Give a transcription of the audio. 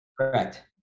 correct